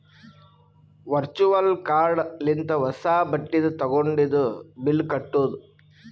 virtual card ಲಿಂತ ಹೊಸಾ ಬಟ್ಟಿದು ತಗೊಂಡಿದು ಬಿಲ್ ಕಟ್ಟುದ್